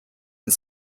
the